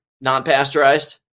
non-pasteurized